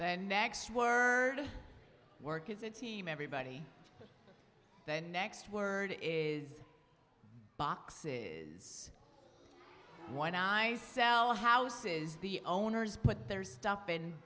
then next word to work as a team everybody the next word is boxes when i sell houses the owners but their stuff in